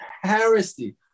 heresy